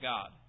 God